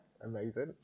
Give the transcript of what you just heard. amazing